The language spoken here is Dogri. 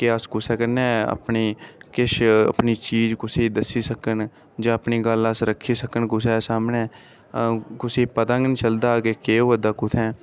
के इस कुसै कन्नै अपने किश अपनी चीज कुसै गी दस्सी सकन जां अपनी गल्ल अस रक्खी सकन कुसै सामनै कुसै गी पता निं चलदा के केह् होआ दा कुत्थैं